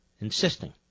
Insisting